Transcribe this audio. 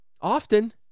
Often